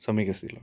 सम्यगस्ति